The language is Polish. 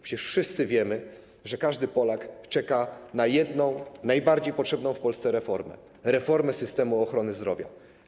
Przecież wszyscy wiemy, że każdy Polak czeka na jedną najbardziej potrzebną w Polsce reformę: reformę systemu ochrony zdrowia.